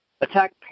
Attack